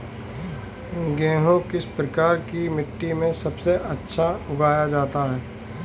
गेहूँ किस प्रकार की मिट्टी में सबसे अच्छा उगाया जाता है?